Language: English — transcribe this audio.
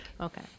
Okay